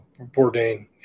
Bourdain